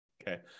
okay